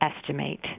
estimate